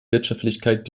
wirtschaftlichkeit